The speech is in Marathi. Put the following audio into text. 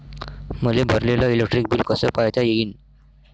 मले भरलेल इलेक्ट्रिक बिल कस पायता येईन?